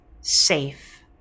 safe